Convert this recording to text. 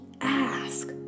ask